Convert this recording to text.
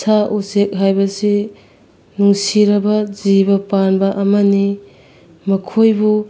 ꯁꯥ ꯎꯆꯦꯛ ꯍꯥꯏꯕꯁꯤ ꯅꯨꯡꯁꯤꯔꯕ ꯖꯤꯕ ꯄꯥꯟꯕ ꯑꯃꯅꯤ ꯃꯈꯣꯏꯕꯨ